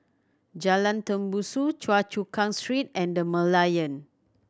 Jalan Tembusu Choa Chu Kang Street and The Merlion